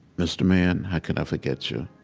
mr. mann, how could i forget you?